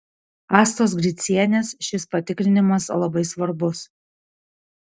astos gricienės šis patikrinimas labai svarbus